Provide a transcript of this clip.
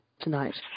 tonight